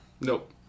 Nope